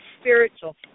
spiritual